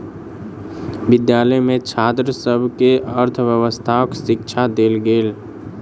विद्यालय में छात्र सभ के अर्थव्यवस्थाक शिक्षा देल गेल